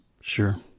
sure